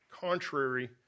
contrary